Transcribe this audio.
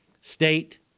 state